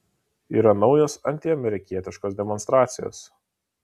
yra naujos antiamerikietiškos demonstracijos